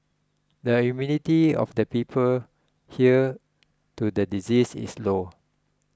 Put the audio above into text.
the immunity of the people here to the disease is low